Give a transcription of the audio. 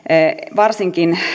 varsinkin